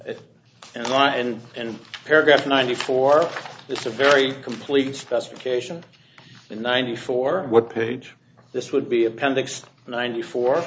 when and and paragraph ninety four is a very complete specification in ninety four what page this would be appendix ninety four